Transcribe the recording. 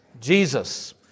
Jesus